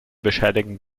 bescheinigen